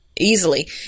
Easily